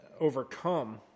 overcome